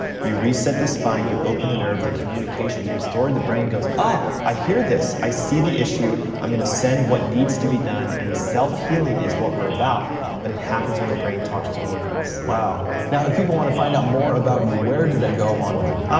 you reset the spine, you open the nerve, the communication's restored, the brain goes ah, i hear this, i see the issue, i'm gonna send what needs to be done and self healing is what we're about but it happens when the brain talks to organs. wow, now if people wanna find out more about you, where do they go online?